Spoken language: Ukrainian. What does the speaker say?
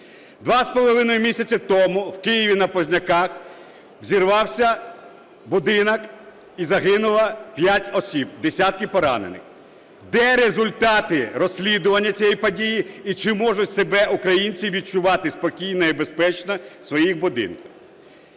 Два з половиною місяці тому в Києві, на Позняках взірвався будинок і загинуло 5 осіб, десятки поранених. Де результати розслідування цієї події? І чи можуть себе українці відчувати спокійно і безпечно в своїх будинках?